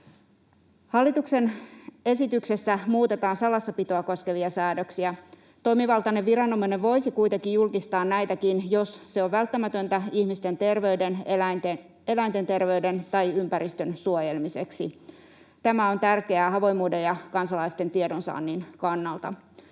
Hallituksen esityksessä muutetaan salassapitoa koskevia säädöksiä. Toimivaltainen viranomainen voisi kuitenkin julkistaa näitäkin, jos se on välttämätöntä ihmisten terveyden, eläinten terveyden tai ympäristön suojelemiseksi. Tämä on tärkeää avoimuuden ja kansalaisten tiedonsaannin kannalta.